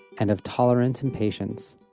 and of tolerance and patience,